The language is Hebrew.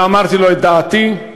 ואמרתי לו את דעתי,